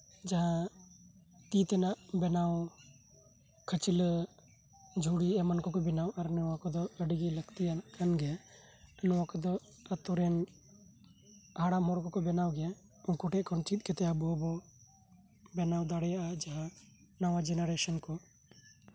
ᱡᱟᱦᱟ ᱛᱤ ᱛᱮᱱᱟᱜ ᱵᱮᱱᱟᱣ ᱠᱷᱟᱹᱪᱞᱟᱹᱜ ᱡᱷᱩᱲᱤ ᱮᱢᱟᱱᱠᱩ ᱵᱮᱱᱟᱣ ᱟᱨ ᱚᱱᱟ ᱱᱚᱣᱟ ᱠᱚᱫᱚ ᱟᱹᱰᱤᱜᱤ ᱞᱟᱹᱠᱛᱤ ᱟᱱᱟᱜ ᱠᱟᱱᱜᱮᱭᱟ ᱟᱨ ᱱᱚᱣᱟ ᱠᱚᱫᱚ ᱟᱛᱩᱨᱮᱱ ᱦᱟᱲᱟᱢ ᱦᱚᱲ ᱠᱚᱠᱚ ᱵᱮᱱᱟᱣ ᱜᱮᱭᱟ ᱩᱱᱠᱩᱴᱷᱮᱱ ᱠᱷᱚᱱ ᱪᱤᱫ ᱠᱟᱛᱮ ᱟᱵᱩ ᱵᱩ ᱵᱮᱱᱟᱣ ᱫᱟᱲᱤᱭᱟᱜᱼᱟ ᱡᱟᱦᱟᱸ ᱱᱟᱣᱟ ᱡᱮᱱᱟᱨᱮᱥᱮᱱ ᱠᱩ